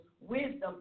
wisdom